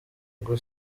ubwo